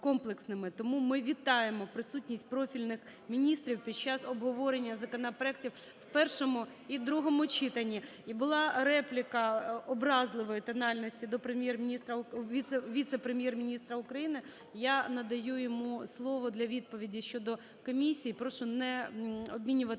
Тому ми вітаємо присутність профільних міністрів під час обговорення законопроектів в першому і другому читанні. І була репліка образливої тональності до Прем'єр-міністра... віце-прем'єр-міністра України, я надаю йому слово для відповіді щодо комісії. Прошу не обмінюватися